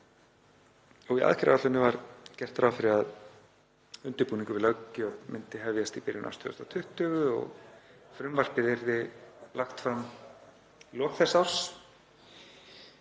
Í aðgerðaáætluninni var gert ráð fyrir að undirbúningur við löggjöf myndi hefjast í byrjun árs 2020 og frumvarpið yrði lagt fram í lok þess árs.